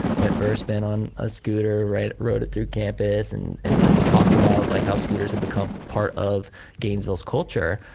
went for a spin on a scooter, rode it through campus and and just talked about like how scooters have become part of gainesville's culture,